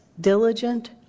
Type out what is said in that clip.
diligent